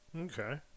Okay